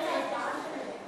לענייני חקיקה),